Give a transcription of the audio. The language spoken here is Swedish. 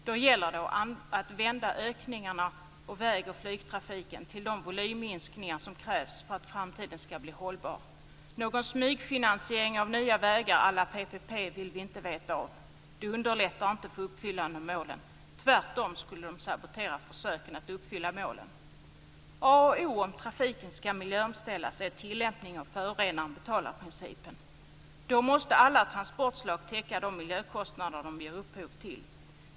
Då gäller det att vända ökningarna av väg och flygtrafiken till de volymminskningar som krävs för att framtiden ska bli hållbar. Någon smygfinansiering av nya vägar á la PPP vill vi inte veta av. De underlättar inte för uppfyllande av målen. Tvärtom skulle de sabotera försöken att uppfylla målen. A och O om trafiken ska miljöomställas är tilllämpningen av principen att förorenaren betalar. Då måste alla transportslag täcka de miljökostnader de ger upphov till.